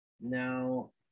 now